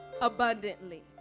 abundantly